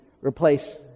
replace